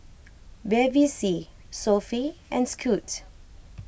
Bevy C Sofy and Scoot